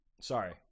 Sorry